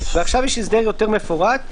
ועכשיו יש הסדר יותר מפורט.